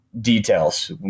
details